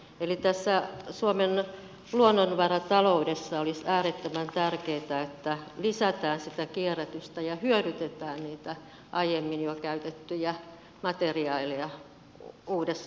eli tässä suomen luonnonvarataloudessa olisi äärettömän tärkeätä että lisätään sitä kierrätystä ja hyödynnetään niitä aiemmin käytettyjä materiaaleja uudessa muodossa